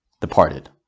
departed